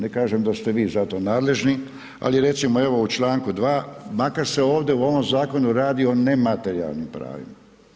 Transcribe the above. Ne kažem da ste vi za to nadležni, ali recimo evo, u čl. 2. makar se ovdje u ovom zakonu radi o nematerijalnim pravima.